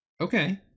okay